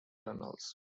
tunnels